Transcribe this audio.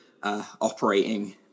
Operating